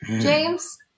James